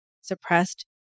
suppressed